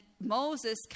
Moses